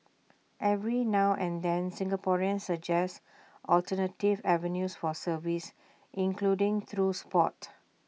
every now and then Singaporeans suggest alternative avenues for service including through Sport